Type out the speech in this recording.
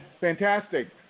fantastic